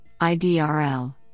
IDRL